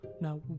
Now